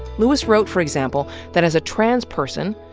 lewis wrote, for example, that as a trans person,